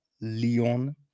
Leon